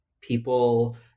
people